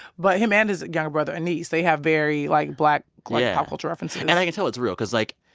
but him and his younger brother, and aniz they have very, like, black, like, pop culture references and i can tell it's real because, like,